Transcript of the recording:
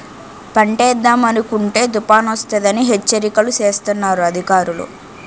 పంటేద్దామనుకుంటే తుపానొస్తదని హెచ్చరికలు సేస్తన్నారు అధికారులు